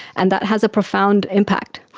and that has a profound impact.